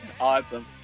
Awesome